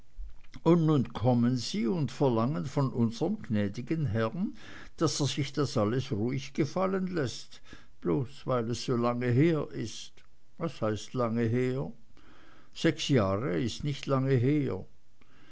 und nun kommen sie und verlangen von unserm gnäd'gen herrn daß er sich das alles ruhig gefallen läßt bloß weil es so lange her ist was heißt lange her sechs jahre ist nicht lange her